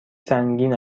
سنگین